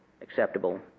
Acceptable